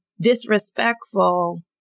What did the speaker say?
disrespectful